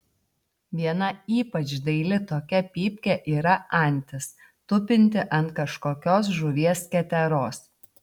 viena ypač daili tokia pypkė yra antis tupinti ant kažkokios žuvies keteros